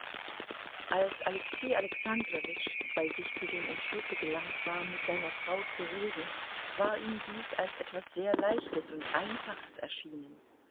als alexei alexandrowitsch bei sich zu dem entschlusse gelangt war mit seiner frau zu reden war ihm dies als etwas sehr leichtes und einfaches erschienen